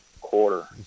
quarter